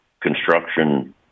construction